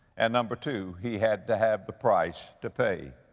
and number two, he had to have the price to pay.